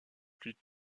plus